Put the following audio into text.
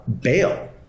bail